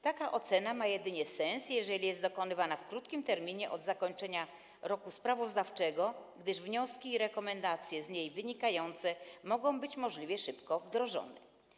Taka ocena ma jedynie sens, jeżeli jest dokonywana w krótkim terminie od zakończenia roku sprawozdawczego, gdyż wnioski i rekomendacje z niej wynikające mogą być możliwie szybko wdrożone.